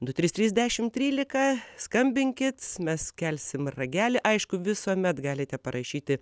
du trys trys dešim trylika skambinkit mes kelsim ragelį aišku visuomet galite parašyti